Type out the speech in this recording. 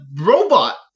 robot